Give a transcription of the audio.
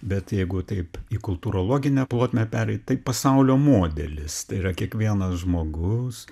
bet jeigu taip į kultūrologinę plotmę pereit tai pasaulio modelis tai yra kiekvienas žmogus